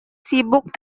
sibuk